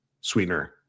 sweetener